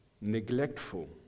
neglectful